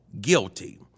guilty